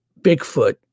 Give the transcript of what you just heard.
Bigfoot